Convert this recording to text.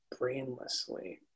brainlessly